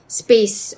space